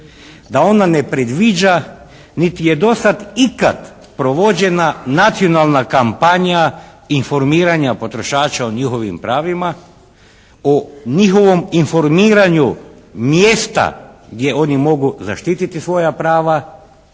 da one ne predviđa niti je do sad ikad provođena nacionalna kampanja informiranja potrošača o njihovim pravima, o njihovom informiranju mjesta gdje oni mogu zaštiti svoja prava,